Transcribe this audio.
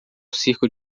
circo